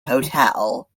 hotel